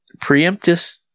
preemptive